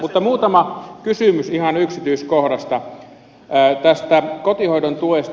mutta muutama kysymys ihan yksityiskohdasta tästä kotihoidon tuesta